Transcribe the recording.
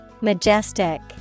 Majestic